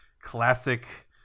classic